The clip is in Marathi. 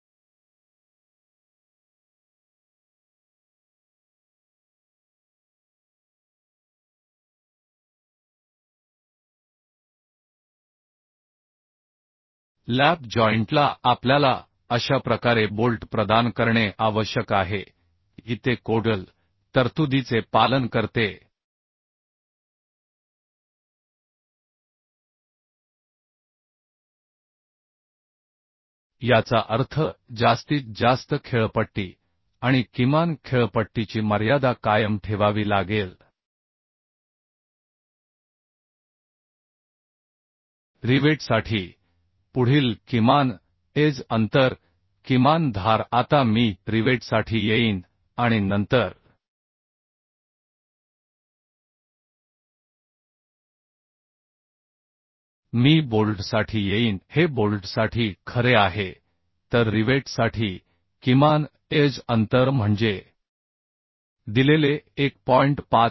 किंवा 300 जे कमी असेल ते ठीक आहे जे कमी असेल तर यात पीच ठरवावी लागेल म्हणून एखाद्या भागाची रचना करताना असे म्हणा की लॅप जॉइंटला आपल्याला अशा प्रकारे बोल्ट प्रदान करणे आवश्यक आहे की ते कोडल तरतुदीचे पालन करते याचा अर्थ जास्तीत जास्त पीच आणि किमान पीचची मर्यादा कायम ठेवावी लागेल रिवेटसाठी पुढील किमान एज अंतर किमान धार आता मी रिवेटसाठी येईन आणि नंतर मी बोल्टसाठी येईन हे बोल्टसाठी खरे आहे तर रिवेटसाठी किमान एज अंतर म्हणजे दिलेले 1